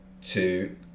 two